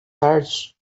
tarde